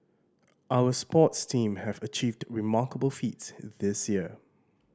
our sports team have achieved remarkable feats this year